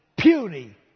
Puny